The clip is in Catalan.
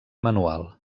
manual